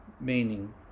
meaning